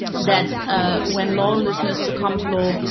that ah when lawlessness becomes law,